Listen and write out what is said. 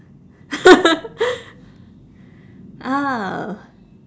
oh